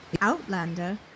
Outlander